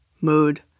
mood